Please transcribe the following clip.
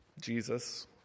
Jesus